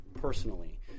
personally